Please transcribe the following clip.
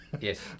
Yes